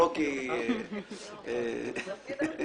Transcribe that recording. זמן חלוט זה ווישפול ת'ינקינג, אבל לא משהו